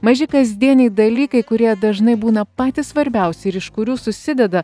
maži kasdieniai dalykai kurie dažnai būna patys svarbiausi ir iš kurių susideda